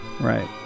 Right